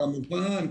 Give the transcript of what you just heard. כמובן.